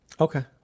Okay